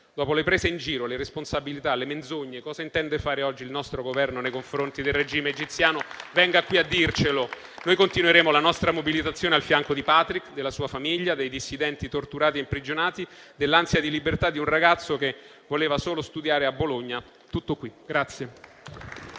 le prese in giro, le responsabilità, le menzogne, cosa intende fare oggi il nostro Governo nei confronti del regime egiziano? Venga qui a dircelo. Noi continueremo la nostra mobilitazione al fianco di Patrick, della sua famiglia, dei dissidenti torturati e imprigionati, dell'ansia di libertà di un ragazzo che voleva solo studiare a Bologna.